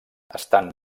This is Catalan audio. estan